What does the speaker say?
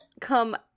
come